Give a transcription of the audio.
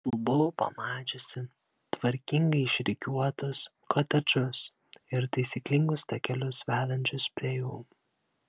apstulbau pamačiusi tvarkingai išrikiuotus kotedžus ir taisyklingus takelius vedančius prie jų